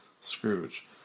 Scrooge